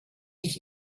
ich